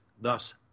Thus